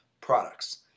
products